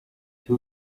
two